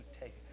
take